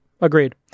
agreed